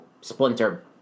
Splinter